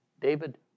David